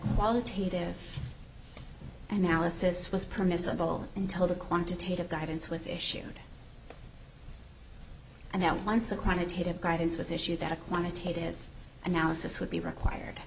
qualitative analysis was permissible until the quantitative guidance was issued now once the quantitative guidance was issued that a quantitative analysis would be required